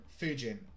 Fujin